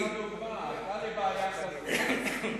היתה לי בעיה כזאת בלוד,